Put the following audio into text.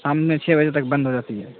شام میں چھ بجے تک بند ہو جاتی ہے